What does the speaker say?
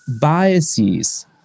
biases